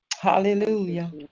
Hallelujah